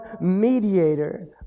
mediator